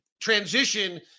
transition